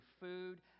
food